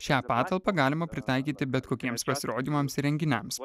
šią patalpą galima pritaikyti bet kokiems pasirodymams ir renginiams